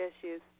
issues